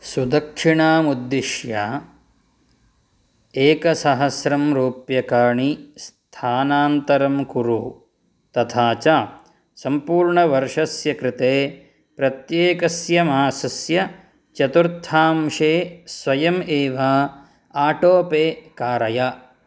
सुदक्षिणामुद्दिश्य एकसहस्रं रूप्यकाणि स्थानान्तरं कुरु तथा च सम्पूर्णवर्षस्य कृते प्रत्येकस्य मासस्य चतुर्थांशे स्वयम् एव आटो पे कारय